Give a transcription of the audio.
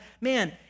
man